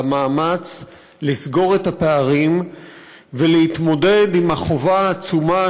למאמץ לסגור את הפערים ולהתמודד עם החובה העצומה